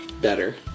better